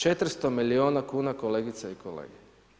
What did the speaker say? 400 milijuna kuna, kolegice i kolege.